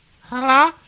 Hello